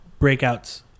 breakouts